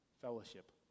fellowship